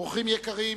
אורחים יקרים,